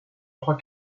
trois